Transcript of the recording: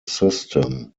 system